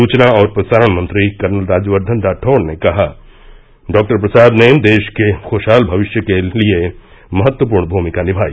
सूचना और प्रसारण मंत्री कर्नल राज्यवर्द्दन राठौड़ ने कहा कि डॉक्टर प्रसाद ने देश के खूशहाल भविष्य के लिए महत्वपूर्ण भूमिका निभाई